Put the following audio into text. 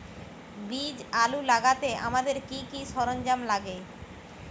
বীজ আলু লাগাতে আমাদের কি কি সরঞ্জাম লাগে?